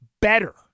better